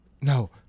no